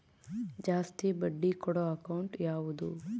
ಜಾಸ್ತಿ ಬಡ್ಡಿ ಕೊಡೋ ಅಕೌಂಟ್ ಯಾವುದು?